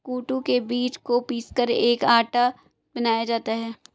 कूटू के बीज को पीसकर एक आटा बनाया जाता है